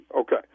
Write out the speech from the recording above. Okay